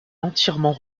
entièrement